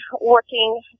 working